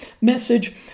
message